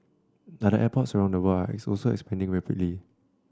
other airports around the world are also expanding rapidly